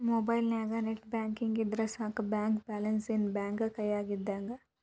ಮೊಬೈಲ್ನ್ಯಾಗ net banking ಇದ್ರ ಸಾಕ ಬ್ಯಾಂಕ ಬ್ಯಾಲೆನ್ಸ್ ಏನ್ ಬ್ಯಾಂಕ ಕೈಯ್ಯಾಗ ಇದ್ದಂಗ